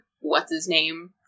What's-His-Name